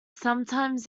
sometimes